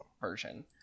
version